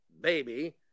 baby